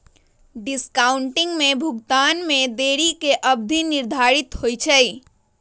discounting में भुगतान में देरी के अवधि निर्धारित होइ छइ